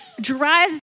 drives